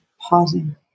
pausing